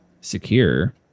secure